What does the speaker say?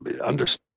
understand